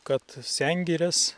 kad sengires